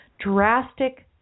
drastic